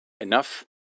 Enough